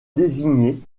désigner